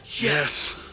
Yes